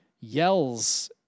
yells